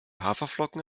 haferflocken